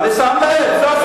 אני שם לב.